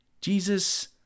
Jesus